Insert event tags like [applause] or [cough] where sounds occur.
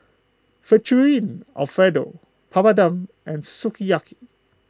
[unintelligible] Alfredo Papadum and Sukiyaki